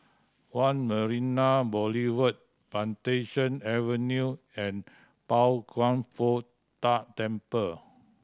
One Marina Boulevard Plantation Avenue and Pao Kwan Foh Tang Temple